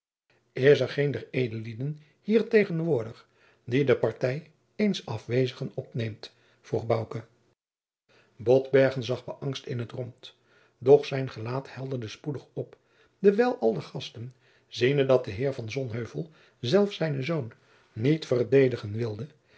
is er geen der edellieden hier tegenwoordig die de partij eens afwezigen opneemt vroeg bouke botbergen zag bëangst in t rond doch zijn gelaat helderde spoedig op dewijl al de gasten ziende dat de heer van sonheuvel zelf zijnen zoon niet verdedigen wilde